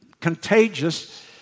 contagious